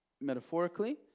metaphorically